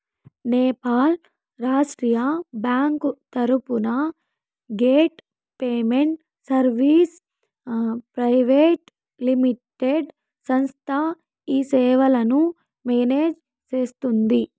Nepal Rashtriya bank తరపున gate payment services private limited సంస్థ ఈ సేవలను మేనేజ్ సేస్తుందా?